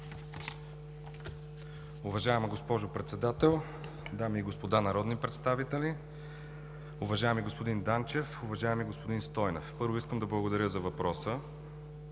Уважаема госпожо Председател, дами и господа народни представители, уважаеми господин Данчев, уважаеми господин Стойнев! Първо, искам да благодаря за въпроса.